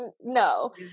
no